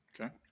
Okay